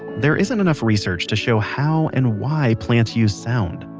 there isn't enough research to show how and why plants use sound.